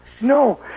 No